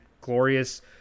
glorious